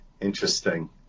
interesting